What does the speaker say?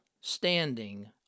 standing